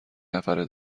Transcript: نفره